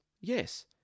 yes